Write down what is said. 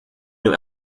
new